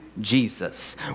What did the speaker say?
Jesus